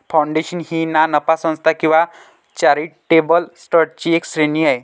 foundation ही ना नफा संस्था किंवा चॅरिटेबल ट्रस्टची एक श्रेणी आहे